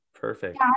Perfect